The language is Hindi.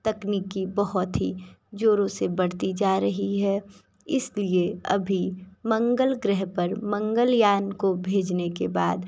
तकनीकी बहुत ही ज़ोरों से बढ़ती जा रही है इसलिए अभी मंगल ग्रह पर मंगलयान को भेजने के बाद